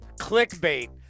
Clickbait